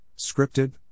scripted